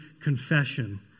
confession